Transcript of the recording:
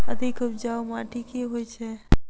अधिक उपजाउ माटि केँ होइ छै?